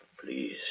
please